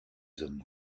hommes